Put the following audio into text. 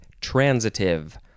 transitive